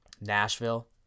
Nashville